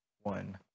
one